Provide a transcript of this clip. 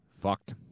fucked